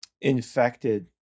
infected